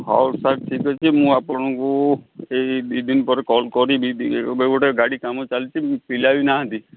ହଉ ସାର୍ ଠିକ୍ ଅଛି ମୁଁ ଆପଣଙ୍କୁ ଏଇ ଦୁଇ ଦିନ ପରେ କଲ୍ କରିବି ଏବେ ଗୋଟେ ଗାଡ଼ି କାମ ଚାଲିଛି ପିଲା ବି ନାହାନ୍ତି